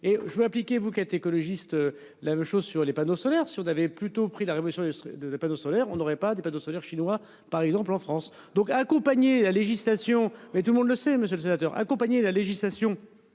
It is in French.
et je vais appliquer vous êtes écologistes la même chose sur les panneaux solaires. Si on avait plutôt pris la révolution de des panneaux solaires, on n'aurait pas des panneaux solaires chinois, par exemple en France donc accompagner la législation mais tout le monde le sait, Monsieur le Sénateur accompagné la législation